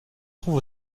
trouve